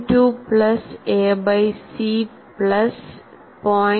2 plus A by C plus 0